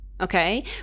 okay